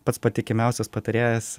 pats patikimiausias patarėjas